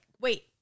wait